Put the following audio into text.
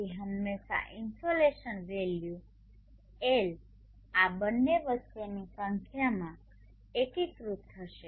તેથી હંમેશાં insolation value L આ બંને વચ્ચેની સંખ્યામાં એકીકૃત થશે